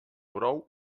brou